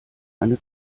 eine